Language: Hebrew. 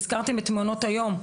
הזכרתם את מנות היום,